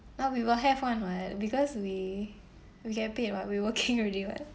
now we will have one what because we we get paid what we working already what